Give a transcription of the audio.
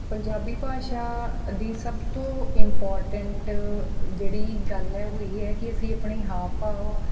ਪੰਜਾਬੀ ਭਾਸ਼ਾ ਦੀ ਸਭ ਤੋਂ ਇੰਪੋਟੈਂਟ ਜਿਹੜੀ ਗੱਲ ਹੈ ਉਹ ਇਹ ਹੈ ਕਿ ਅਸੀਂ ਆਪਣੇ ਹਾਵ ਭਾਵ